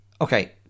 okay